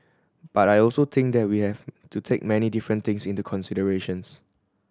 but I also think that we have to take many different things into considerations